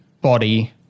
body